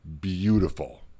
beautiful